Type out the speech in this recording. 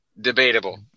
Debatable